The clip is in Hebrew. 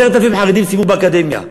10,000 חרדים סיימו באקדמיה.